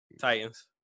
Titans